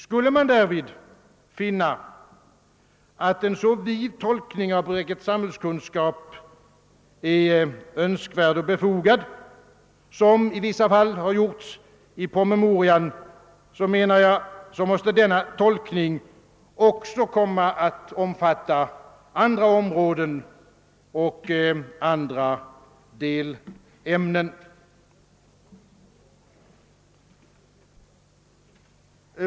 Skulle man därvid finna att en så vid tolkning av begreppet samhällskunskap är Önskvärd och befogad som i vissa fall har gjorts i promemorian, menar jag att denna tolkning också bör komma att omfatta andra områden och andra delämnen.